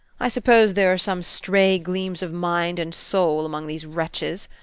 i suppose there are some stray gleams of mind and soul among these wretches.